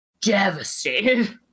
devastated